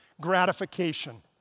gratification